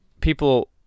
people